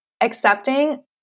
accepting